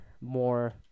more